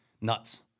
Nuts